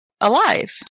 alive